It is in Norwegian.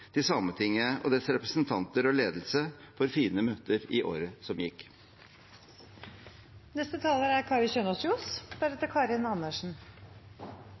til Sametinget og dets representanter og ledelse for fine møter i året som